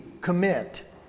commit